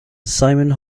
simon